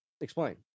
explain